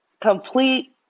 complete